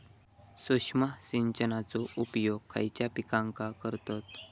सूक्ष्म सिंचनाचो उपयोग खयच्या पिकांका करतत?